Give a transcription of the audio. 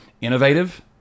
innovative